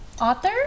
author